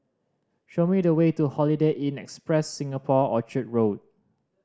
show me the way to Holiday Inn Express Singapore Orchard Road